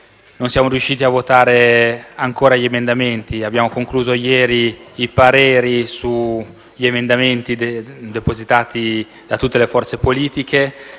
Non siamo riusciti a votare ancora gli emendamenti; abbiamo concluso ieri la fase di espressione dei pareri sugli emendamenti depositati da tutte le forze politiche